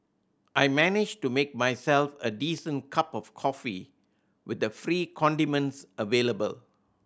I managed to make myself a decent cup of coffee with the free condiments available